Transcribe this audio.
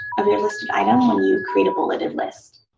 of your listed item when you create a bulleted list.